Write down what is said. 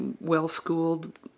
well-schooled